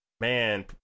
Man